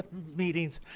meetings